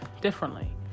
differently